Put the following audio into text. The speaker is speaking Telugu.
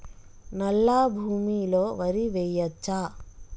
నల్లా భూమి లో వరి వేయచ్చా?